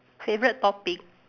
favourite topic